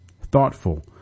Thoughtful